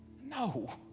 No